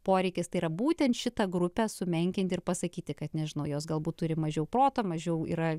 poreikis tai yra būtent šitą grupę sumenkinti ir pasakyti kad nežinau jos galbūt turi mažiau proto mažiau yra